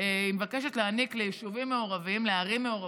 מבקשת להעניק ליישובים מעורבים, לערים מעורבות,